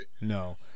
No